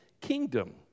kingdom